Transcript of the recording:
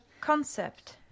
concept